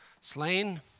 Slain